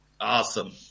Awesome